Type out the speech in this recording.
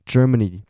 Germany